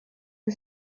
and